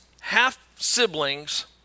half-siblings